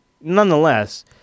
nonetheless